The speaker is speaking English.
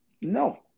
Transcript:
No